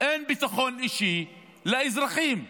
אין ביטחון אישי לאזרחים,